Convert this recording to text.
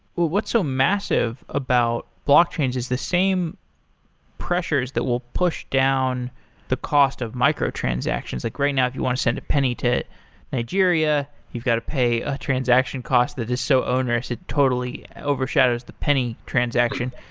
what's so massive about blockchains is the same pressures that will push down the cost of microtransactions. like right now, if you want to send a penny to nigeria, you've got to pay a transaction cost that is so onerous, it totally overshadows the penny transaction.